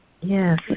Yes